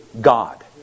God